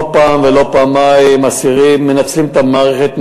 לא פעם ולא פעמיים אסירים מנצלים את המערכת,